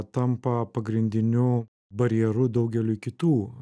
tampa pagrindiniu barjeru daugeliui kitų